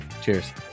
Cheers